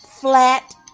Flat